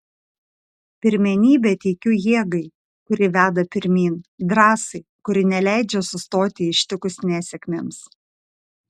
pirmenybę teikiu jėgai kuri veda pirmyn drąsai kuri neleidžia sustoti ištikus nesėkmėms